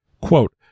quote